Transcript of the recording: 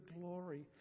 glory